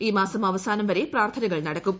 ഈ മാസം അവസാനം വരെ പ്രാർത്ഥനകൾ നടക്കും